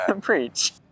Preach